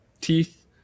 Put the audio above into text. teeth